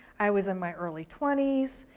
i was in my early twenty s.